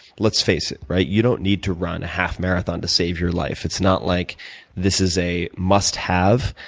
let's face it, right? you don't need to run a half marathon to save your life. it's not like this is a must have.